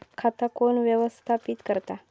खाता कोण व्यवस्थापित करता?